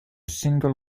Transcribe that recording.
single